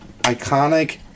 iconic